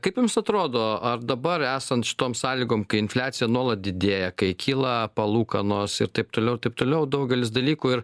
kaip jums atrodo ar dabar esant šitom sąlygom kai infliacija nuolat didėja kai kyla palūkanos ir taip toliau ir taip toliau daugelis dalykų ir